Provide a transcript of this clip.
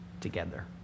together